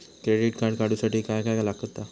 Credit card काढूसाठी काय काय लागत?